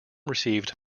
received